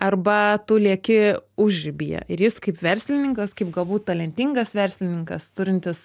arba tu lieki užribyje ir jis kaip verslininkas kaip galbūt talentingas verslininkas turintis